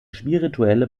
spirituelle